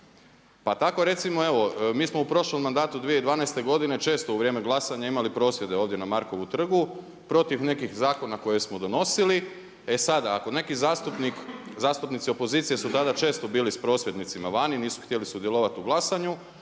Pa tako recimo evo, mi smo u prošlom mandatu 2012. godine često u vrijeme glasanja imali prosvjede ovdje na Markovom trgu protiv nekih zakona koje smo donosili. E sada ako neki zastupnik, zastupnici opozicije su tada često bili s prosvjednicima vani, nisu htjeli sudjelovati u glasanju,